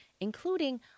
including-